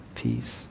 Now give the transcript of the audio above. peace